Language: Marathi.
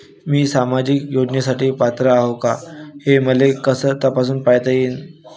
मी सामाजिक योजनेसाठी पात्र आहो का, हे मले कस तपासून पायता येईन?